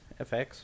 FX